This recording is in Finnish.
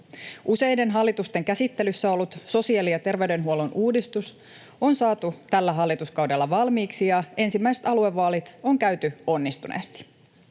Useiden hallitusten käsittelyssä ollut sosiaali- ja terveydenhuollon uudistus on saatu tällä hallituskaudella valmiiksi, ja ensimmäiset aluevaalit on käyty onnistuneesti.